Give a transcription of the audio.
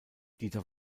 dieter